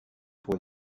pour